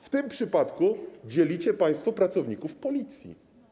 W tym przypadku dzielicie państwo pracowników Policji.